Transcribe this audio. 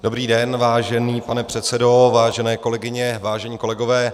Dobrý den, vážený pane předsedo, vážené kolegyně, vážení kolegové.